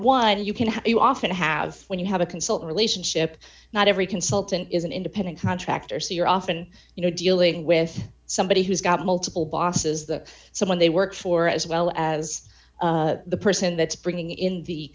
one you can you often have when you have a consult relationship not every consultant is an independent contractor so you're often you know dealing with somebody who's got multiple bosses the someone they work for as well as the person that's bringing in the